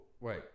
Wait